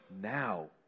now